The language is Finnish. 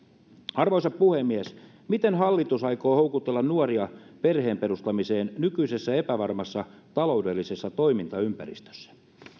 arvoisa puhemies miten hallitus aikoo houkutella nuoria perheen perustamiseen nykyisessä epävarmassa taloudellisessa toimintaympäristössä